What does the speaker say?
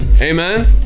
Amen